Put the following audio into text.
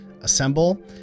Assemble